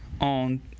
on